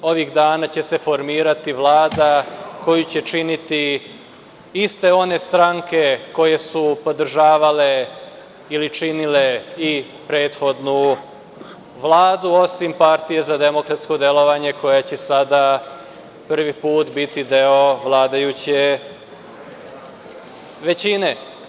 Ovih dana će se formirati Vlada koju će činiti iste one stranke koje su podržavale ili činile i prethodnu Vladu, osim PDD, koja će sada prvi put biti deo vladajuće većine.